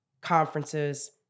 conferences